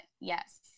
yes